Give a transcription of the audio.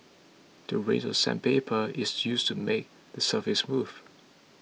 the range of sandpaper is used to make the surface smooth